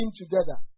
together